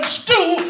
stew